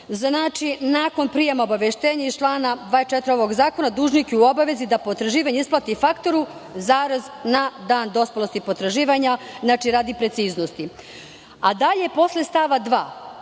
Znači, nakon prijema obaveštenja iz člana 24. ovog zakona, dužnik je u obavezi da potraživanje isplati faktoru, na dan dospelosti potraživanja, radi preciznosti. Dalje, posle stava 2.